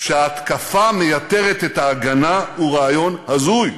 שההתקפה מייתרת את ההגנה, הוא רעיון הזוי.